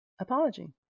Apology